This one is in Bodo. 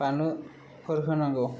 बानलुफोर होनांगौ